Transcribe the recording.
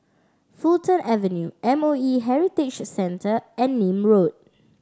Fulton Avenue M O E Heritage Centre and Nim Road